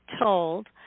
told